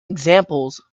examples